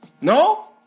No